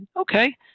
okay